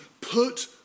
put